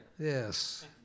Yes